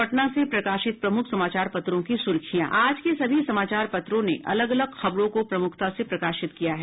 अब पटना से प्रकाशित प्रमुख समाचार पत्रों की सुर्खियां आज के सभी समाचार पत्रों ने अलग अलग खबरों को प्रमुखता से प्रकाशित किया है